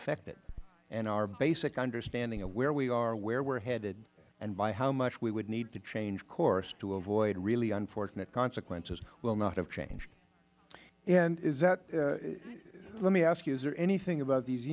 affected and our basic understanding of where we are where we are headed and by how much we would need to change course to avoid really unfortunate consequences will not have changed mister inslee and let me ask you is there anything about these